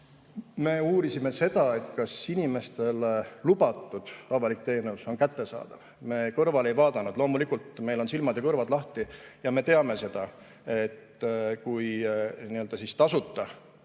Me uurisime seda, kas inimestele lubatud avalik teenus on kättesaadav, me kõrvale ei vaadanud. Loomulikult meil on silmad ja kõrvad lahti ja me teame seda, et kui tasuta,